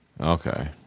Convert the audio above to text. Okay